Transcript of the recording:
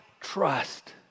trust